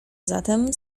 zatem